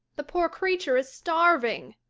the poor creature is starving,